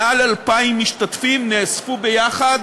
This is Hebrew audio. מעל 2,000 משתתפים נאספו ביחד